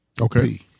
Okay